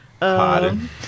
Potting